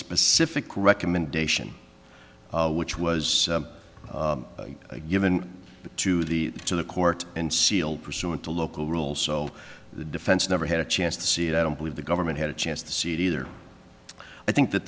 specific recommendation which was given to the to the court and sealed pursuant to local rule sold the defense never had a chance to see it i don't believe the government had a chance to see it either i think that